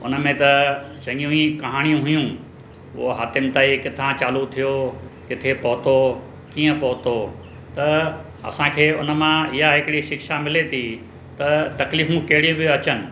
हुन में त चङियूं ई कहाणियूं हुयूं उहा हातिम ताई किथां चालू थियो किथे पहुतो कीअं पहुतो त असांखे हुन मां इहा हिकिड़ी शिक्षा मिले थी त तकलीफ़ूं कहिड़ियूं बि अचनि